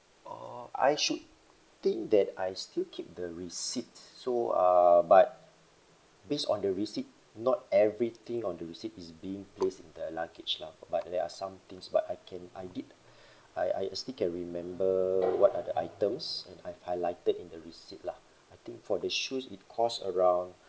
oh I should think that I still keep the receipt so err but based on the receipt not everything on the receipt is being placed in the luggage lah but there are some things but I can I did I I still can remember what are the items and I've highlighted it in the receipt lah I think for the shoes it cost around